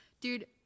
Dude